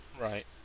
Right